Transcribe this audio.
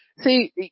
See